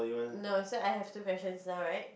no so I have two questions now right